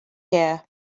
here